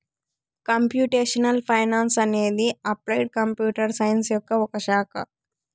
computational finance అనేది applied computer science యొక్క ఒక శాఖ